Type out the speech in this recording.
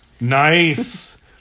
Nice